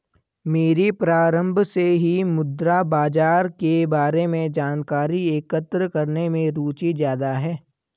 मेरी प्रारम्भ से ही मुद्रा बाजार के बारे में जानकारी एकत्र करने में रुचि ज्यादा है